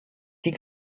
die